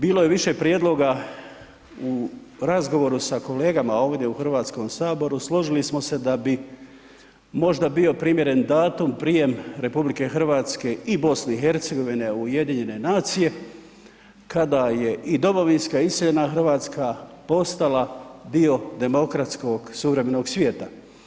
Bilo je više prijedloga u razgovoru sa kolegama ovdje u Hrvatskom saboru, složili smo se da bi možda bio primjeren datum prijem RH i BiH u UN kada je i domovinska iseljena Hrvatska postala dio demokratskog suvremenog svijeta.